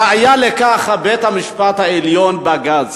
הראיה לכך, שבית-המשפט העליון, בג"ץ,